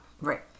Right